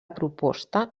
proposta